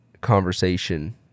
conversation